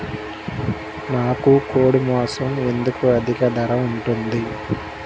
నాకు కోడి మాసం ఎందుకు అధిక ధర ఉంటుంది?